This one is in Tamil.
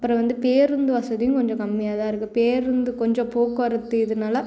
அப்புறம் வந்து பேருந்து வசதியும் கொஞ்சம் கம்மியாக தான் இருக்கு பேருந்து கொஞ்சம் போக்குவரத்து இதனால